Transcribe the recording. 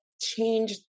change